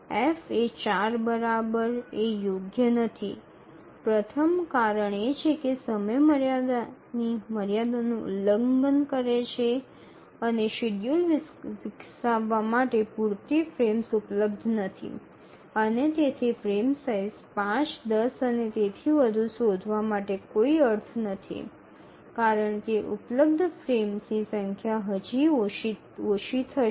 F એ ૪ બરાબર એ યોગ્ય નથી પ્રથમ કારણ એ કે તે સમયમર્યાદાની મર્યાદાનું ઉલ્લંઘન કરે છે અને શેડ્યૂલ વિકસાવવા માટે પૂરતી ફ્રેમ્સ ઉપલબ્ધ નથી અને તેથી ફ્રેમ સાઇઝ ૫ ૧0 અને તેથી વધુ શોધવા માટે કોઈ અર્થ નથી કારણ કે ઉપલબ્ધ ફ્રેમ્સની સંખ્યા હજી ઓછી હશે